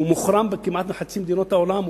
שהוא מוחרם בכמעט חצי מדינות העולם,